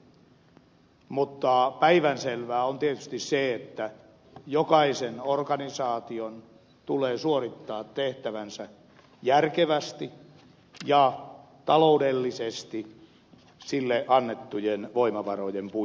mutta päivänselvää on tietysti se että jokaisen organisaation tulee suorittaa tehtävänsä järkevästi ja taloudellisesti sille annettujen voimavarojen puitteissa